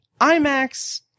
IMAX